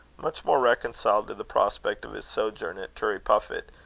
much more reconciled to the prospect of his sojourn at turriepuffit,